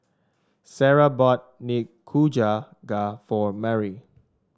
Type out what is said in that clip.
Sara bought Nikujaga for Marie